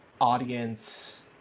audience